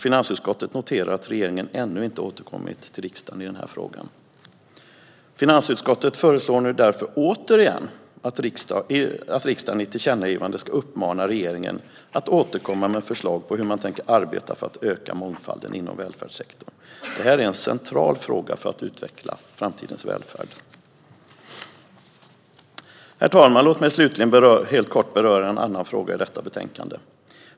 Finansutskottet noterar att regeringen ännu inte återkommit till riksdagen i den frågan. Finansutskottet föreslår nu därför återigen att riksdagen i ett tillkännagivande ska uppmana regeringen att återkomma med förslag på hur man tänker arbeta för att öka mångfalden inom välfärdssektorn. Det är en central fråga för att utveckla framtidens välfärd. Herr talman! Låt mig slutligen helt kort beröra en annan fråga i detta betänkande!